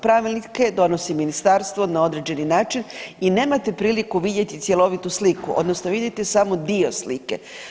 Pravilnike donosi ministarstvo na određeni način i nemate priliku vidjeti cjelovitu sliku odnosno vidite samo dio slike.